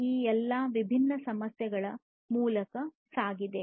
ಈ ಎಲ್ಲಾ ವಿಭಿನ್ನ ಸಮಸ್ಯೆಗಳ ಮೂಲಕ ಸಾಗಿದೆ